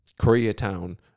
Koreatown